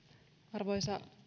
arvoisa